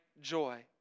joy